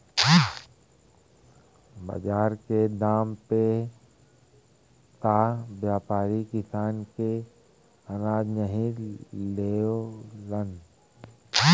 बाजार के दाम पे त व्यापारी किसान के अनाज नाहीं लेवलन